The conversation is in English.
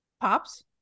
pops